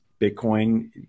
Bitcoin